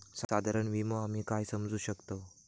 साधारण विमो आम्ही काय समजू शकतव?